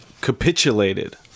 capitulated